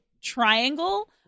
triangle